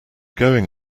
going